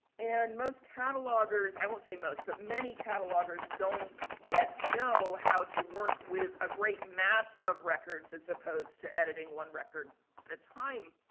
and, most catalogers, i won't say most, but, many catalogers don't yet know how to work with a great mass of records as opposed to editing one record at a time.